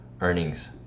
earnings